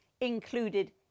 included